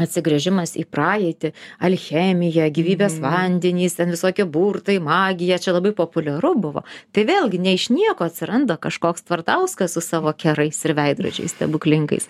atsigręžimas į praeitį alchemija gyvybės vandenys ten visokie burtai magija čia labai populiaru buvo tai vėlgi ne iš nieko atsiranda kažkoks tvardauskas su savo kerais ir veidrodžiais stebuklingais